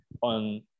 on